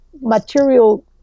material